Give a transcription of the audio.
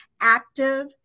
active-